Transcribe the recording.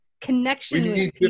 connection